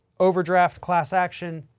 overdraft class action.